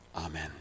Amen